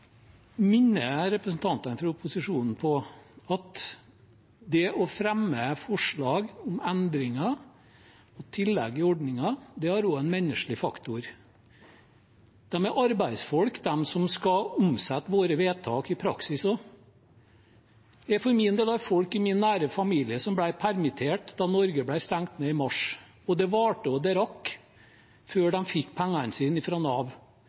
representantene fra opposisjonen om at det å fremme forslag om endringer og tillegg i ordninger også har en menneskelig faktor. De er arbeidsfolk de som skal omsette våre vedtak til praksis, også. Jeg for min del har folk i min nære familie som ble permittert da Norge ble stengt ned i mars, og det varte og det rakk før de fikk pengene sine fra Nav.